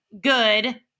good